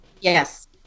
Yes